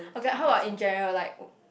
okay how about in general like